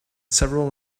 several